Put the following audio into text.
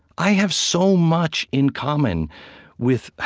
i have so much in common with